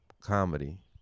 comedy